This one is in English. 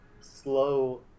slow